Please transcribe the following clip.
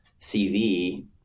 CV